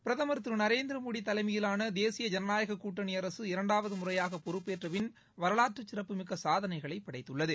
பிரதமர் திரு நரேந்திரமோடி தலைமையிவான தேசிய ஜனநாயகக் கூட்டணி அரசு இரண்டாவது முறையாக பொறுப்பேற்ற பின் வரலாற்று சிறப்புமிக்க சாதனைகளை படைத்துள்ளது